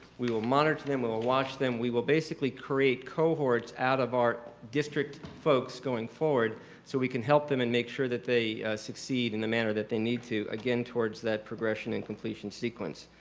we will monitor them. we will watch them. we will basically create cohorts out of our district folks going forward so we can help them and make sure that they succeed in the manner that they need to again towards that progression and completion sequence.